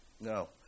No